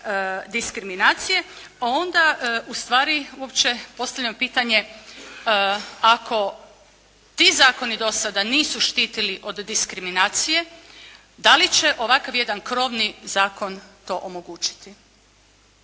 diskriminacija, onda ustvari uopće postavljam pitanje ako ti zakoni do sada nisu štitili od diskriminacije da li će ovakav jedan krovni zakon to omogućiti.